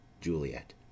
Juliet